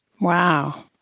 wow